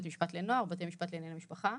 בית משפט לנוער ובתי משפט לענייני משפחה.